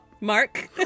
Mark